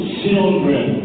children